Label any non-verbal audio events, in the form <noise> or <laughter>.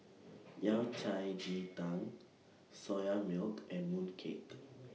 <noise> Yao Cai Ji Tang Soya Milk and Mooncake